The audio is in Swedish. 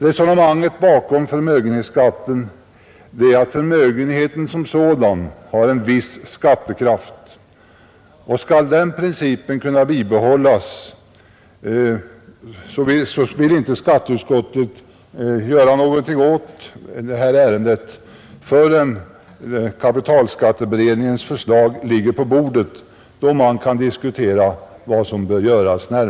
Resonemanget bakom förmögenhetsskatten är att förmögenheten som sådan har en viss skattekraft. Skall den principen kunna bibehållas, så vill skatteutskottet inte göra något åt detta ärende förrän kapitalskatteberedningens förslag ligger på bordet, då man närmare kan diskutera vad som bör göras.